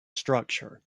structure